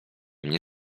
mnie